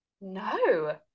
No